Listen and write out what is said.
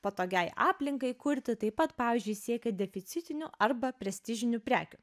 patogiai aplinkai kurti taip pat pavyzdžiui siekė deficitinių arba prestižinių prekių